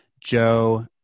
joe